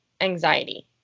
anxiety